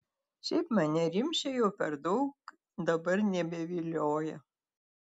šiaip mane rimšė jau per daug dabar nebevilioja